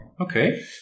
okay